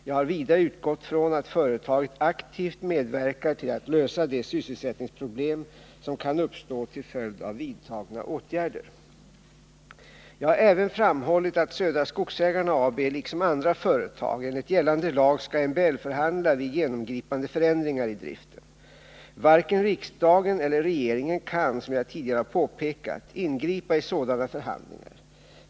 Jag har vidare utgått från att företaget aktivt medverkar till att lösa de sysselsättningsproblem som kan uppstå till följd av vidtagna åtgärder. Jag har även framhållit att Södra Skogsägarna AB, liksom andra företag, enligt gällande lag skall MBL-förhandla vid genomgripande förändringar i driften. Varken riksdagen eller regeringen kan, som jag tidigare har påpekat, ingripa i sådana förhandlingar.